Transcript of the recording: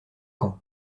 camp